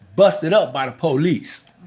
busted up by the police.